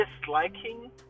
disliking